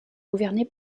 gouverné